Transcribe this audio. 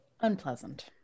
unpleasant